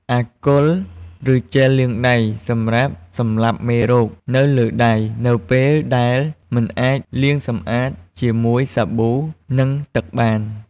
អាល់កុល ឬជែលលាងដៃ សម្រាប់ សម្លាប់មេរោគ នៅលើដៃនៅពេលដែលមិនអាចលាងសម្អាតជាមួយសាប៊ូ និងទឹកបាន។